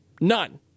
None